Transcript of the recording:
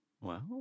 Wow